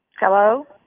Hello